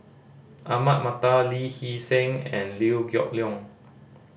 Ahmad Mattar Lee Hee Seng and Liew Geok Leong